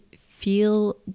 feel